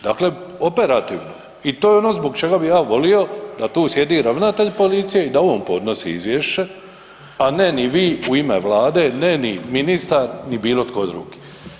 Dakle, operativno i to je ono zbog čega bih ja volio da tu sjedi ravnatelj policije i da on podnosi izvješće, a ne ni vi u ime Vlade, ne ni ministar ni bilo tko drugi.